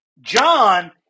John